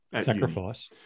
Sacrifice